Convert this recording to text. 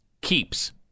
keeps